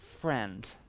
friend